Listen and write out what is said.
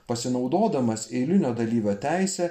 pasinaudodamas eilinio dalyvio teise